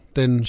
den